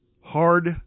hard